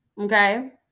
Okay